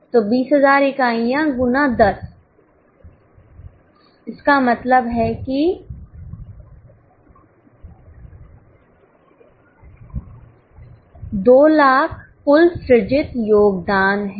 तो 20000 इकाइयाँ गुना 10 इसका मतलब है कि 200000 कुल सृजित योगदान है